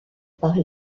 par